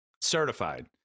certified